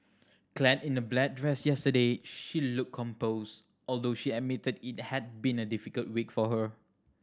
clad in a black dress yesterday she looked composed although she admitted it had been a difficult week for her